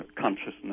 Consciousness